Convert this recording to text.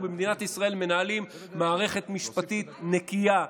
אנחנו במדינת ישראל מנהלים מערכת משפטית נקייה,